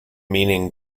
meaning